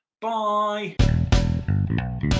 bye